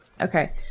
Okay